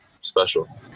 special